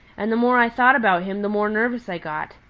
and the more i thought about him, the more nervous i got.